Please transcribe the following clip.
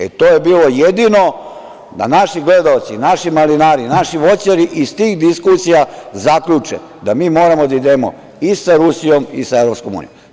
E, to je bilo jedino da naši gledaoci, naši malinari, naši voćari iz tih diskusija zaključe da mi moramo da idemo i sa Rusijom i sa EU.